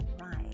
right